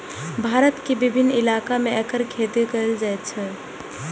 भारत के विभिन्न इलाका मे एकर खेती कैल जाइ छै